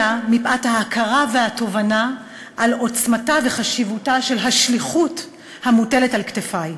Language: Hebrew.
אלא מפאת ההכרה והתובנה על עוצמתה וחשיבותה של השליחות המוטלת על כתפי.